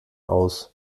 aus